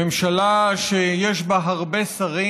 ממשלה שיש בה הרבה שרים,